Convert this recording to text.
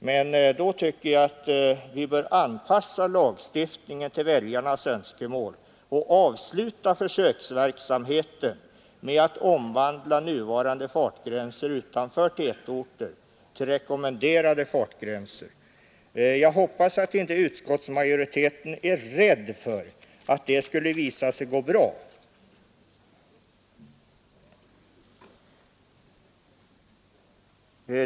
Men då tycker jag att vi bör anpassa lagstiftningen efter väljarnas önskemål och avsluta försöksverksamheten med att omvandla nuvarande fartgränser utanför tätorter till rekommenderade fartgränser. Jag hoppas att inte utskottsmajoriteten är rädd för att det skulle visa sig gå bra.